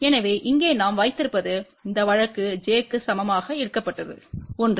எனவே இங்கே நாம் வைத்திருப்பது இந்த வழக்கு j க்கு சமமாக எடுக்கப்பட்டது 1